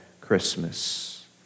Christmas